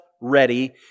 ready